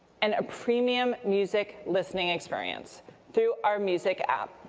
and a premium music listening experience through our music app.